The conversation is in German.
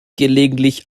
gelegentlich